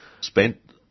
spent